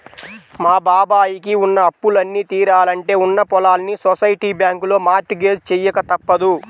మా బాబాయ్ కి ఉన్న అప్పులన్నీ తీరాలంటే ఉన్న పొలాల్ని సొసైటీ బ్యాంకులో మార్ట్ గేజ్ చెయ్యక తప్పదు